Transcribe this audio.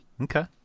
Okay